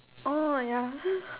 oh ya